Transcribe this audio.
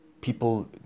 people